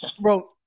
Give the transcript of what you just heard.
Bro